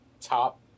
top